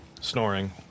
snoring